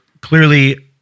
clearly